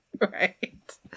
Right